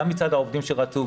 גם מצד העובדים שרצו,